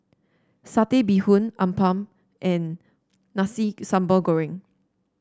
Satay Bee Hoon appam and Nasi Sambal Goreng